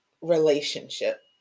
relationship